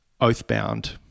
Oathbound